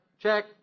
Check